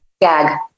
Gag